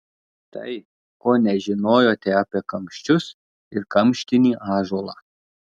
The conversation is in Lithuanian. tai ko nežinojote apie kamščius ir kamštinį ąžuolą